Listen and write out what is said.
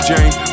Jane